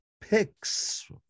picks